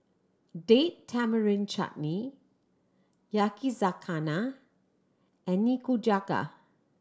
Date Tamarind Chutney Yakizakana and Nikujaga